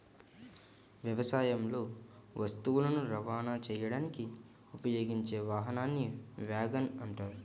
వ్యవసాయంలో వస్తువులను రవాణా చేయడానికి ఉపయోగించే వాహనాన్ని వ్యాగన్ అంటారు